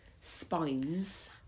spines